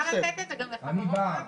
אפשר לתת את זה גם לחברות פרטיות.